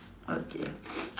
okay